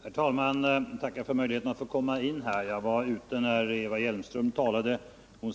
Herr talman! Jag tackar för möjligheten att få komma in i debatten. Jag var ute när Eva Hjelmström